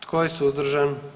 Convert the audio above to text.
Tko je suzdržan?